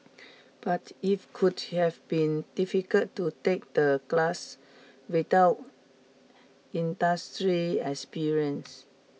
but if could have been difficult to take the class without industry experience